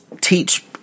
teach